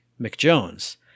McJones